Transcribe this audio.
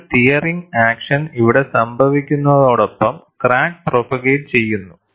ഒരു tearing action ഇവിടെ സംഭവിക്കുന്നതോടൊപ്പം ക്രാക്ക് പ്രൊപ്പഗേറ്റ് ചെയ്യുന്നു